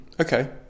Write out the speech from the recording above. okay